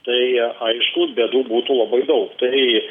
tai aišku bėdų būtų labai daug tai